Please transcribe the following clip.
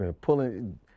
pulling